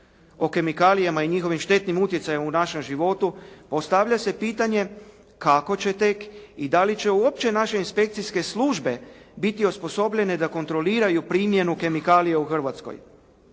o kemikalijama i njihovim štetnim utjecajima u našem životu, postavlja se pitanje kako će tek i dali će uopće naše inspekcijske službe biti osposobljene da kontroliraju primjenu kemikalija u Hrvatskoj.